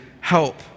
help